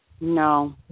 No